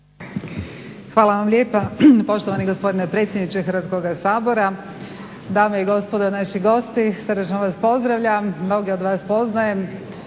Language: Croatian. Hvala vam lijepa poštovani gospodine predsjedniče Hrvatskoga sabora, dame i gospodo naši gosti, srdačno vas pozdravljam. Mnoge od vas poznajem.